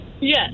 Yes